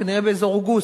כנראה באזור אוגוסט,